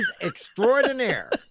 extraordinaire